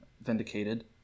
vindicated